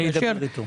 אדבר איתו.